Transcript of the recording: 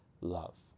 love